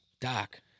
Doc